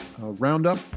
roundup